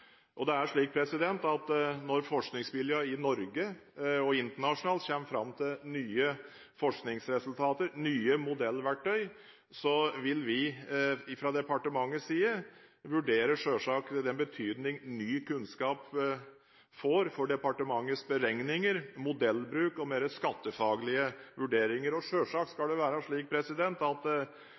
Det er slik at når forskningsmiljøene i Norge og internasjonalt kommer fram til nye forskningsresultater, nye modellverktøyer, vil vi fra departementets side selvsagt vurdere den betydning ny kunnskap får for departementets beregninger, modellbruk og mer skattefaglige vurderinger. Selvsagt skal det være slik at